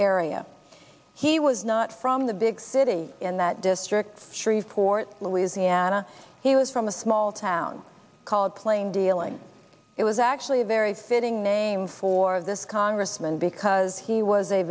area he was not from the big city in that district shreveport louisiana he was from a small town called playing dealing it was actually a very fitting name for this congressman because he was a